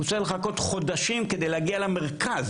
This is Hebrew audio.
הוא צריך לחכות חודשים כדי להגיע למרכז,